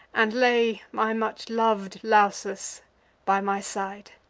and lay my much-lov'd lausus by my side.